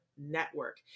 Network